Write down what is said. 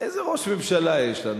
איזה ראש ממשלה יש לנו?